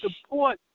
support